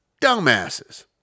dumbasses